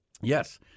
Yes